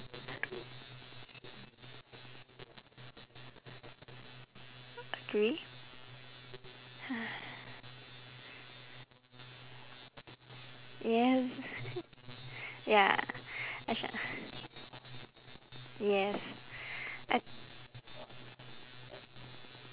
agree yes ya I sh~ yes I